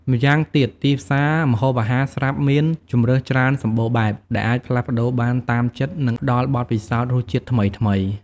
ម្យ៉ាងវិញទៀត ទីផ្សារម្ហូបអាហារស្រាប់មាន ជម្រើសច្រើនសម្បូរបែប ដែលអាចផ្លាស់ប្តូរបានតាមចិត្ត និងផ្តល់បទពិសោធន៍រសជាតិថ្មីៗ។